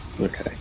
Okay